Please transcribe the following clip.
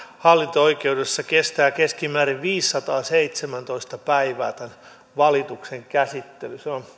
hallinto oikeudessa kestää keskimäärin viisisataaseitsemäntoista päivää tämä valituksen käsittely